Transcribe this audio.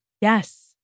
Yes